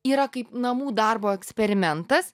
yra kaip namų darbo eksperimentas